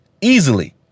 Easily